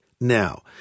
now